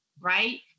Right